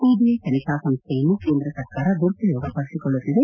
CBI ತನಿಖಾ ಸಂಸ್ಥೆಯನ್ನು ಕೇಂದ್ರ ಸರ್ಕಾರ ದುರುಪಯೋಗ ಪಡಿಸಿಕೊಳ್ಳುತ್ತಿದೆ